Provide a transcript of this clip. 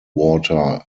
water